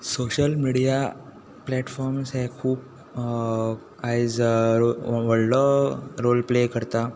social media platforms हे खूब आयज व्हडलो रोल प्ले करता